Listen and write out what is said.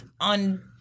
on